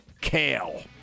kale